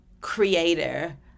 creator